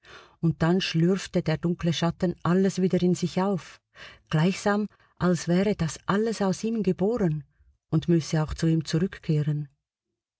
und dann schlürfte der dunkle schatten alles wieder in sich auf gleichsam als wäre das alles aus ihm geboren und müsse auch zu ihm zurückkehren